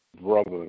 Brother